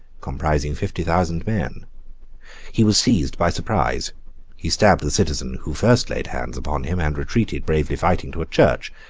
comprising fifty thousand men he was seized by surprise he stabbed the citizen who first laid hands upon him and retreated, bravely fighting, to a church,